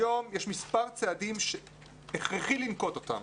היום יש מספר צעדים שהכרחי לנקוט בהם